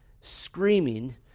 screaming